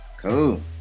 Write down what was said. Cool